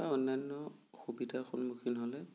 বা অন্যান্য অসুবিধাৰ সন্মুখীন হ'লে